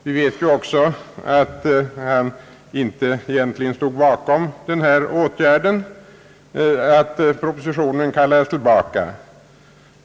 Vi vet ju också att han egentligen inte stod bakom åtgärden att kalla tillbaka propositionen.